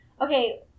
Okay